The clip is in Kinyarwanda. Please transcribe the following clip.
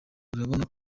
urabona